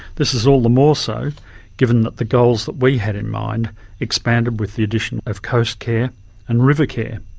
this is all the more so given that the goals that we had in mind expanded with the addition of coastcare and rivercare.